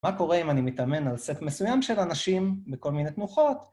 מה קורה אם אני מתאמן על סט מסוים של אנשים בכל מיני תנוחות?